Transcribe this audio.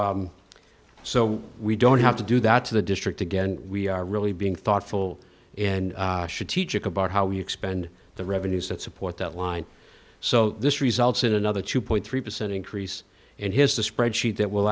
so so we don't have to do that to the district again we are really being thoughtful and should teach about how we expend the revenues that support that line so this results in another two point three percent increase and here's the spreadsheet that will